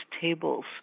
tables